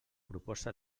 proposa